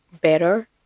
better